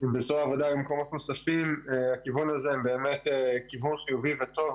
לדבר על הטווח הארוך.